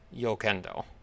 Yokendo